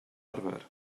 arfer